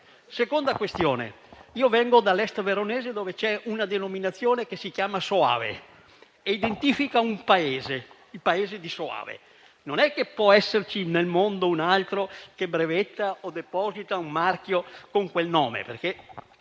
secondo luogo, io vengo dall'Est veronese dove c'è una denominazione che si chiama Soave e identifica un paese, quello di Soave. Pertanto non può esserci nel mondo qualcun altro che brevetta o deposita un marchio con quel nome, perché